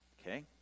Okay